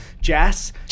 Jazz